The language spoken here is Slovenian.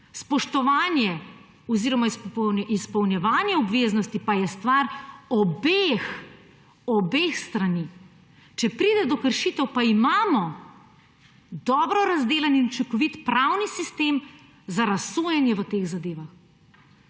Spoštovanje oziroma izpolnjevanje obveznosti pa je stvar obeh strani. Če pride do kršitev, pa imamo dobro razdelan in učinkovit pravni sistem za razsojanje v teh zadevah.